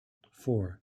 four